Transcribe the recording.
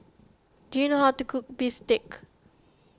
do you know how to cook Bistake